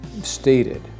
stated